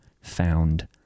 found